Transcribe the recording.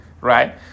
right